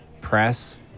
press